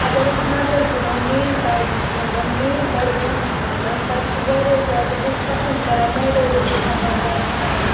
اگر أسۍ نظر دِمو مین ٹاوُنَس منٛز مین بڈگامَس منٛز تَتہِ چھُ واریاہ زیادٕ لُکھ پَسنٛد کَران ماڈٲرٕن مکان بَناونَس